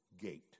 gate